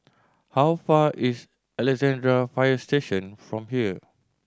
how far is Alexandra Fire Station from here